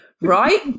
right